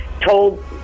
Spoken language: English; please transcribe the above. told